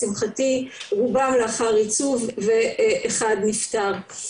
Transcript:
לשמחתי רובם לאחר ייצוב ואחד נפטר.